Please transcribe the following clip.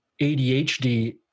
ADHD